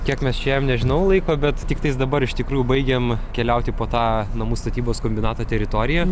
kiek mes čia ėjom nežinau laiko bet tiktai dabar iš tikrųjų baigėm keliauti po tą namų statybos kombinato teritoriją